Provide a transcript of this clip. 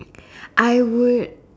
I would